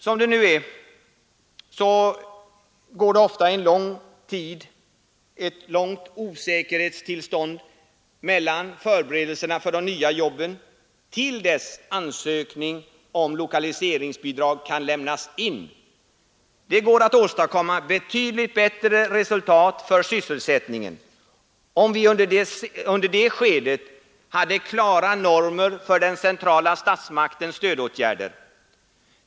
Som det nu är, går det ofta lång tid, då det råder ett osäkerhetstillstånd, mellan förberedelserna för de nya jobben och fram till dess ansökning om lokaliseringsbidrag kan lämnas in. Det är möjligt att åstadkomma betydligt bättre resultat för sysselsättningen, om vi under det skedet hade klara normer för den centrala statsmaktens stödåtgärder.